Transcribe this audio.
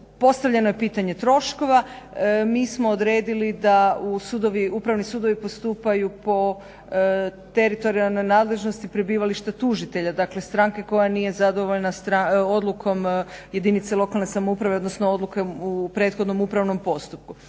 Postavljeno je pitanje troškova, mi smo odredili da upravni sudovi postupaju po teritorijalnoj nadležnosti prebivališta tužitelja dakle stranke koja nije zadovoljna odlukom jedinice lokalne samouprave odnosno odlukom u prethodno upravnom postupku.